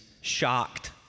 shocked